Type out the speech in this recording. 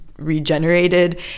regenerated